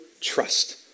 trust